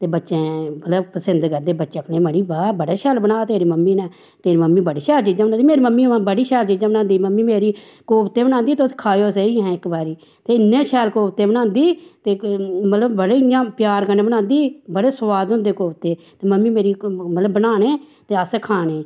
ते बच्चैं मतलव पसिंद करदे बच्चे आखन लगे मड़ी वाह् बड़ा शैल बना दा तेरी मम्मी नै तेरी मम्मी बड़ी शैल चीजां मड़ी मम्मी मेरी बड़ी सैल चीजां बनांदी मम्मी मेरी कोवते बनांदी तुस खाओ सेही अहैं इक बारी ते इन्ने शैल कोवते बनांदी ते मतलव बड़े इयां प्यार कन्नै बनांदी बड़े सोआद होंदे कोवते मम्मी मेरी मतलव बनाने ते असें खाने